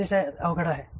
अतिशय अवघड आहे